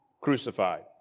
crucified